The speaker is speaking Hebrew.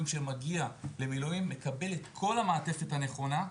שמגיע למילואים מקבל את כל המעטפת הנכונה.